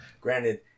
granted